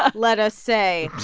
ah let us say.